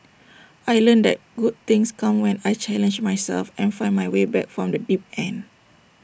I learnt that good things come when I challenge myself and find my way back from the deep end